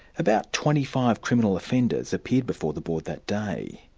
about twenty five criminal offenders appeared before the board that day.